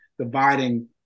dividing